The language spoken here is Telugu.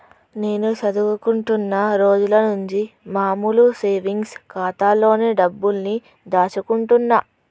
నేను చదువుకుంటున్న రోజులనుంచి మామూలు సేవింగ్స్ ఖాతాలోనే డబ్బుల్ని దాచుకుంటున్నా